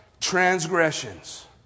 transgressions